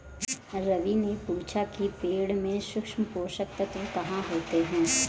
रवि ने पूछा कि पेड़ में सूक्ष्म पोषक तत्व कहाँ होते हैं?